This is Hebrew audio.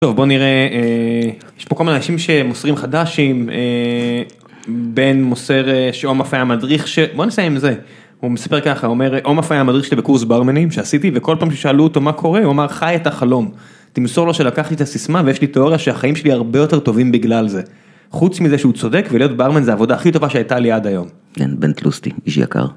טוב בוא נראה יש פה כל מיני אנשים שמוסרים'ך דשי"ם בן מוסר שעומר היה המדריך שבוא נסיים עם זה הוא מספר ככה אומר עומף המדריך שלי בקורס ברמנים שעשיתי וכל פעם ששאלו אותו מה קורה הוא אמר חי את החלום תמסור לו שלקחתי את הסיסמה ויש לי תיאוריה שהחיים שלי הרבה יותר טובים בגלל זה חוץ מזה שהוא צודק ולהיות ברמן זה העבודה הכי טובה שהייתה לי עד היום. כן בן טלוסטי איש יקר